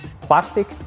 Plastic